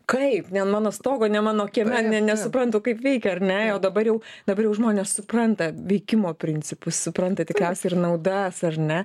kaip ne ant mano stogo ne mano kieme ne nesuprantu kaip veikia ar ne jau dabar jau dabar jau žmonės supranta veikimo principus supranta tikriausiai ir naudas ar ne